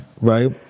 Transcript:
Right